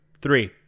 three